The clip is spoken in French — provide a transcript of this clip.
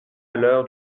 l’heure